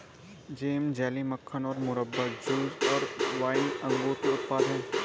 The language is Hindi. जैम, जेली, मक्खन और मुरब्बा, जूस और वाइन अंगूर के उत्पाद हैं